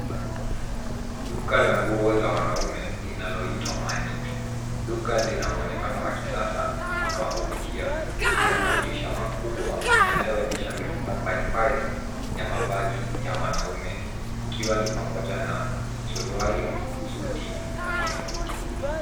Duka la nguo za wanaume linaloitwa Manix, duka lina mwonekano wa kisasa na wa kuvutia. Lina madirisha makubwa yanayoonyesha mifumo mbalimbali ya mavazi ya wanaume ikiwa ni pamoja na suruali, suti na pia koti.